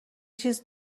چیز